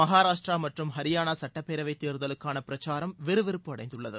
மகாராஷ்டிரா மற்றம் ஹரியானா சட்டப்பேரவை தேர்தலுக்கான பிரச்சாரம் விறுவிறுப்பு அடைந்துள்ளது